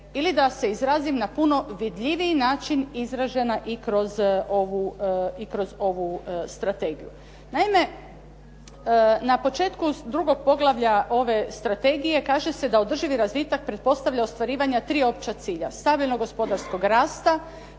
ili da se izrazim na puno vidljiviji način izražena i kroz ovu strategiju. Naime, na početku drugog poglavlja ove strategije kaže se da održivi razvitak pretpostavlja ostvarivanje tri opća cilja, stabilnog gospodarskog rasta,